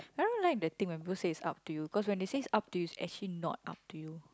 I don't like the thing when people say is up to you cause when they say is up to you is actually not up to you